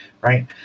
right